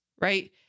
right